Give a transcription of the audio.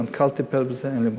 המנכ"ל טיפל בזה, אין לי מושג.